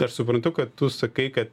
aš suprantu kad tu sakai ka